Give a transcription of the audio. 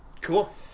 Cool